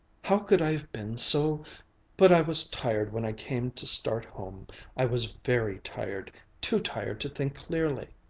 how could i have been so but i was tired when i came to start home i was very tired too tired to think clearly!